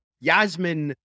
Yasmin